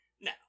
Now